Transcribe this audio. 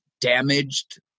damaged